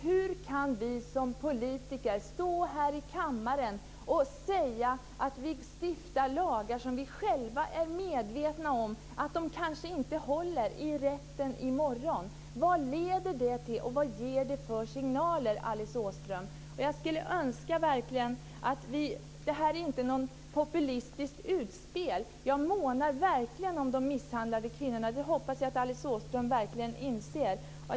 Hur kan vi som politiker stå här i kammaren och säga att vi vill stifta lagar som vi själva är medvetna om kanske inte håller i rätten i morgon? Vad leder det till, och vad ger det för signaler, Alice Åström? Detta är inget populistiskt utspel. Jag månar verkligen om de misshandlade kvinnorna. Det hoppas jag att Alice Åström inser.